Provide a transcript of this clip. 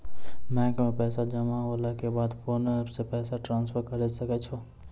bank मे पैसा जमा होला के बाद फोन से पैसा ट्रांसफर करै सकै छौ